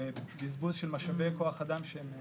ובזבוז כוח אדם.